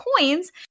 coins